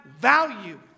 value